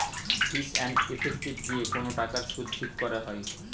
fees and effective দিয়ে কোন টাকার সুদ ঠিক করা হয়